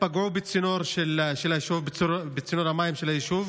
פגעו בצינור המים של היישוב,